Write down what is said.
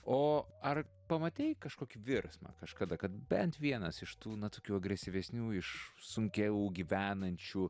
o ar pamatei kažkokį virsmą kažkada kad bent vienas iš tų na tokių agresyvesnių iš sunkiau gyvenančių